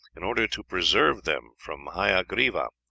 in order to preserve them from hayagriva,